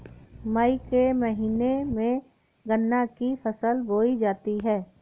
मई के महीने में गन्ना की फसल बोई जाती है